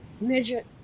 midget